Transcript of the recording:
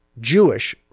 Jewish